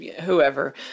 whoever